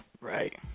Right